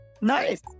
nice